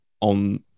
on